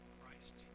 Christ